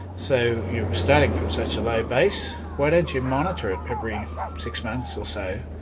so you're starting from such a low base, why don't you monitor it every six months or so.